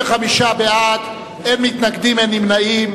35 בעד, אין מתנגדים, אין נמנעים.